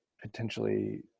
potentially